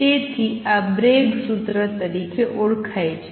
તેથી આ બ્રેગ સૂત્ર તરીકે ઓળખાય છે